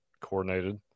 coordinated